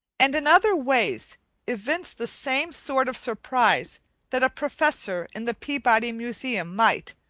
and in other ways evince the same sort of surprise that a professor in the peabody museum might,